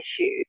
issues